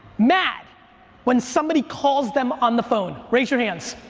mad when somebody calls them on the phone? raise your hands.